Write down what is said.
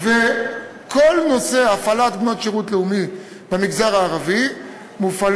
כל נושא הפעלת בנות השירות הלאומי במגזר הערבי מופעל